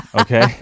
Okay